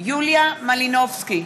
יוליה מלינובסקי,